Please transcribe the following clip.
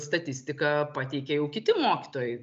statistiką pateikė jau kiti mokytojai